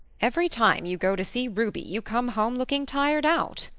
every time you go to see ruby you come home looking tired out,